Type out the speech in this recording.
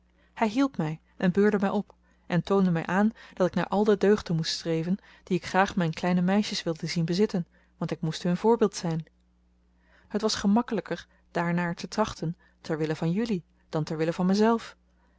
hij hielp mij en beurde mij op en toonde mij aan dat ik naar al de deugden moest streven die ik graag mijn kleine meisjes wilde zien bezitten want ik moest hun voorbeeld zijn het was gemakkelijker daarnaar te trachten ter wille van jullie dan ter wille van